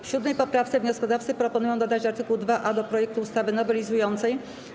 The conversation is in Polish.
W 7. poprawce wnioskodawcy proponują dodać art. 2a do projektu ustawy nowelizującej.